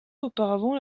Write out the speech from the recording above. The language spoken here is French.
auparavant